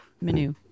menu